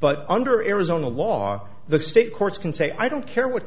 but under arizona law the state courts can say i don't care what